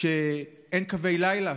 שאין קווי לילה,